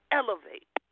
elevate